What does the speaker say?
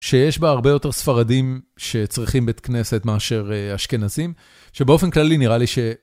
שיש בה הרבה יותר ספרדים שצריכים בית כנסת מאשר אשכנזים, שבאופן כללי נראה לי ש...